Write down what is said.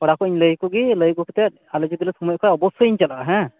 ᱠᱚᱲᱟᱠᱚᱹᱧ ᱞᱟ ᱭ ᱠᱚ ᱜᱮ ᱞᱟ ᱭ ᱟᱜᱩ ᱠᱟᱛᱮᱫ ᱟᱞᱮ ᱡᱩᱫᱤᱞᱮ ᱥᱚᱢᱚᱭᱚᱜ ᱠᱷᱟᱱ ᱚᱵᱚᱥᱥᱚᱭ ᱤᱧ ᱪᱟᱞᱟᱜᱼᱟ ᱦᱮᱸ